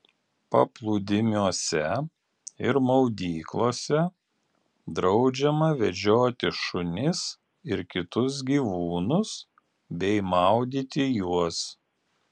paplūdimiuose ir maudyklose draudžiama vedžioti šunis ir kitus gyvūnus bei maudyti juos